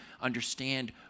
understand